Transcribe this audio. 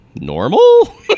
Normal